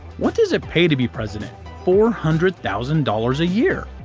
what does it pay to be president? four hundred thousand dollars a year!